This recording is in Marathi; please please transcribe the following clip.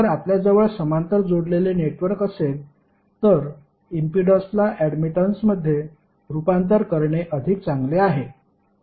जर आपल्याजवळ समांतर जोडलेले नेटवर्क असेल तर इम्पीडन्सला ऍडमिटन्समध्ये रूपांतर करणे अधिक चांगले आहे